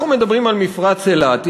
אנחנו מדברים על מפרץ אילת,